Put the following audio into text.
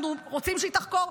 אנחנו רוצים שהיא תחקור,